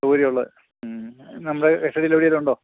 സൗകര്യമുള്ളതും നമ്മുടെ കസ്റ്റഡിയിൽ എവിടേലുമുണ്ടോ